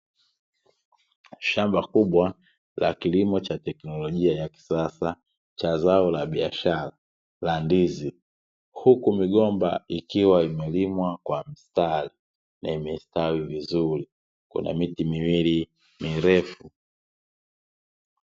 Shamba kubwa la kilimo cha teknolojia ya kisasa, cha zao la biashara la ndizi, qhuku migomba ikiwa imelimwa kwa mstari na imestawi vizuri. Kuna miti miwili mirefu.